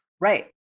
Right